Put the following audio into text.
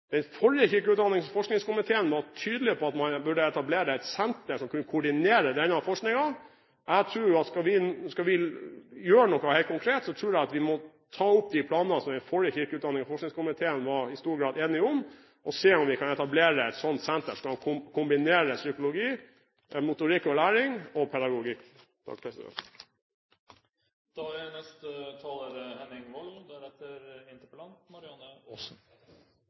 Den forrige kirke-, utdannings- og forskningskomiteen var tydelig på at man burde etablere et senter som kunne koordinere denne forskningen. Jeg tror at skal vi gjøre noe helt konkret, må vi ta opp de planene som den forrige kirke-, utdannings- og forskningskomiteen i stor grad var enig om, nemlig å etablere et sånt senter som skal kombinere psykologi, motorikk og læring og pedagogikk.